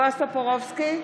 בועז טופורובסקי,